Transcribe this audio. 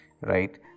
right